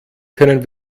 können